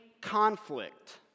conflict